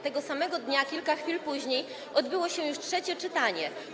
Tego samego dnia kilka chwil później odbyło się już trzecie czytanie.